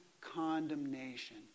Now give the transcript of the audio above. condemnation